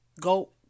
Go